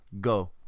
Go